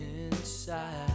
inside